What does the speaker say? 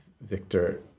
Victor